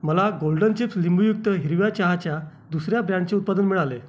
मला golden chips लिंबूयुक्त हिरव्या चहाच्या दुसऱ्या ब्रँडचे उत्पादन मिळाले